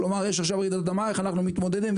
איך אנחנו מתמודדים,